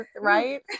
right